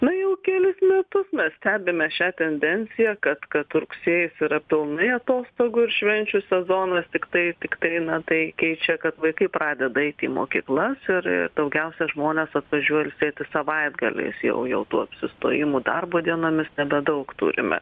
na jau kelis metus mes stebime šią tendenciją kad kad rugsėjis yra pilnai atostogų ir švenčių sezonas tiktai tiktai na tai keičia kad vaikai pradeda eiti į mokyklas ir daugiausia žmonės atvažiuoja ilsėtis savaitgaliais jau jau tų apsistojimų darbo dienomis nebedaug turime